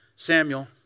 Samuel